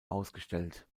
ausgestellt